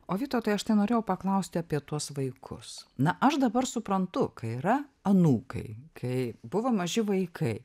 o vytautai aš tai norėjau paklausti apie tuos vaikus na aš dabar suprantu kai yra anūkai kai buvo maži vaikai